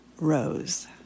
Rose